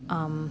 um